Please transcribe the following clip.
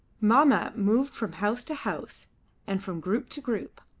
mahmat moved from house to house and from group to group,